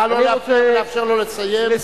נא לא להפריע, ולאפשר לו לסיים.